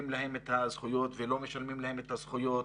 להם את הזכויות ולא משלמים להם את הזכויות